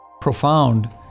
profound